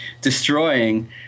destroying